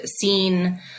seen